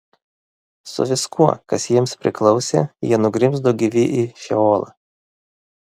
su viskuo kas jiems priklausė jie nugrimzdo gyvi į šeolą